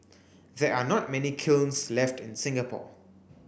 there are not many kilns left in Singapore